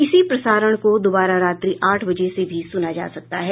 इसी प्रसारण को दोबारा रात्रि आठ बजे से भी सुना जा सकता है